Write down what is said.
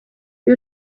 iyo